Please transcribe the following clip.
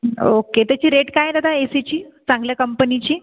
okay त्याची rate काय आहे दादा ए सीची चांगल्या कंपनीची